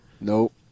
Nope